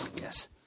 yes